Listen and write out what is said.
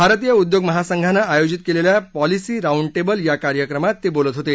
भारतीय उद्योग महासंघांनं आयोजित केलेल्या पॉलिसी राऊंड टेबल या कार्यक्रमात ते बोलत होते